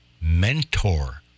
Mentor